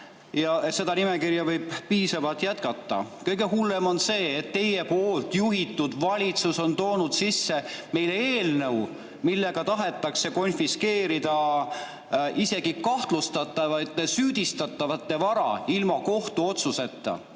seda nimekirja võib jätkata. Kõige hullem on see, et teie juhitud valitsus on toonud meile eelnõu, millega tahetakse konfiskeerida kahtlustatavate, süüdistatavate vara ilma kohtuotsuseta.